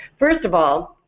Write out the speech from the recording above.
first of all,